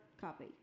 copy